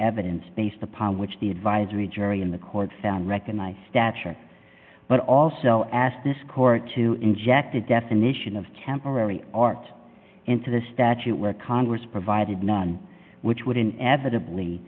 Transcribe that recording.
evidence based upon which the advisory jury in the court found recognized stature but also asked this court to inject a definition of temporary art into the statute where congress provided none which would inevitably